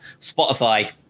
Spotify